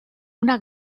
una